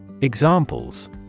Examples